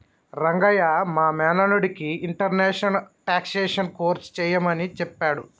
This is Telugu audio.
రంగయ్య మా మేనల్లుడికి ఇంటర్నేషనల్ టాక్సేషన్ కోర్స్ సెయ్యమని సెప్పాడు